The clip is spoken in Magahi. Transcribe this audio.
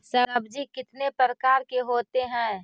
सब्जी कितने प्रकार के होते है?